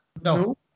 No